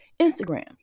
Instagram